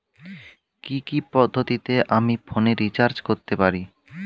কি কি পদ্ধতিতে আমি ফোনে রিচার্জ করতে পারি?